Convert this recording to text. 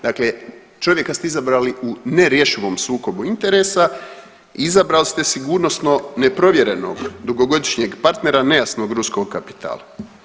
Dakle, čovjeka ste izabrali u nerješivom sukoba interesa i izabrali ste sigurnosno neprovjerenog dugogodišnjeg partnera nejasnog ruskog kapitala.